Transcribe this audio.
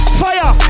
fire